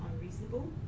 unreasonable